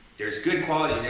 there's good qualities,